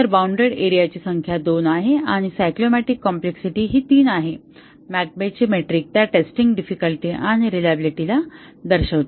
तर bounded area ची संख्या 2 आहे आणि सायक्लोमॅटिक कॉम्प्लेक्सिटी ही 3 आहे मॅककेबचे मेट्रिक त्या टेस्टिंग डिफिकल्टी आणि रिलाएबिलिटी ला दर्शविते